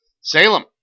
Salem